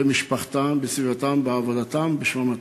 במשפחתם, בסביבתם, בעבודתם ובשמם הטוב.